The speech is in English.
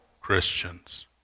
Christians